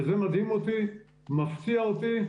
וזה מדהים אותי, מפתיע אותי.